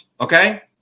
Okay